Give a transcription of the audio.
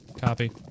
Copy